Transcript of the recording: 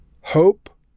hope